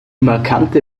markante